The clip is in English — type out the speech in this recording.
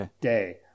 day